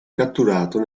catturato